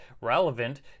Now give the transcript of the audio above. relevant